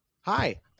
Hi